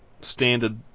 standard